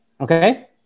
okay